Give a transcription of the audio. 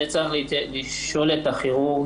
את זה צריך לשאול את הכירורגים,